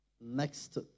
Next